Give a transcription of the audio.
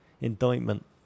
indictment